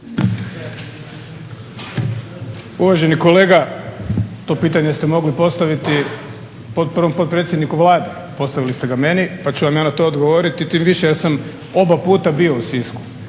Uvaženi kolega, to pitanje ste mogli postaviti prvom potpredsjedniku Vlade. Postavili ste ga meni pa ću vam ja na to odgovoriti, tim više jer sam oba puta bio u Sisku